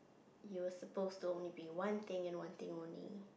you were supposed only be one thing and one thing only